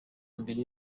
mbere